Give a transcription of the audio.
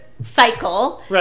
cycle